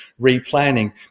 replanning